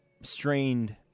strained